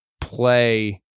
play